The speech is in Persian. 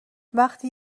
وقتی